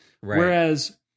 Whereas